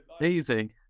Easy